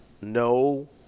no